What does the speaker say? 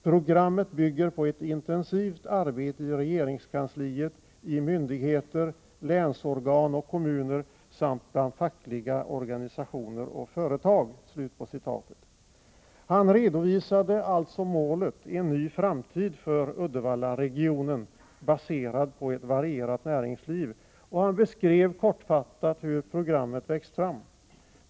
Programmet bygger på ett intensivt arbete i regeringskansliet, i myndigheter, länsorgan och kommuner samt bland fackliga organisationer och företag.” Han redovisade alltså målet — en ny framtid för Uddevallaregionen, baserad på ett varierat näringsliv, och han beskrev kortfattat hur programmet växt fram.